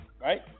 Right